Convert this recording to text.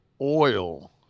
oil